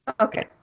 Okay